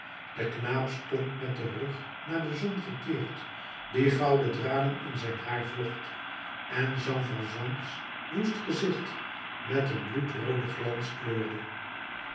de knaap stond met den rug naar de zon gekeerd die gouden draden in zijn haar vlocht en valjean's woest gezicht met een bloedrooden glans kleurde